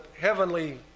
heavenly